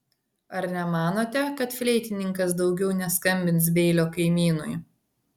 ar nemanote kad fleitininkas daugiau neskambins beilio kaimynui